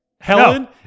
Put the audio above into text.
Helen